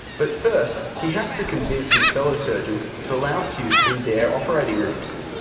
but first he has to convince his fellow surgeons to allow its use in their operating rooms,